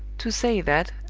to say that,